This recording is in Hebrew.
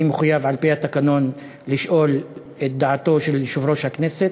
אני מחויב על-פי התקנון לשאול את דעתו של יושב-ראש הכנסת,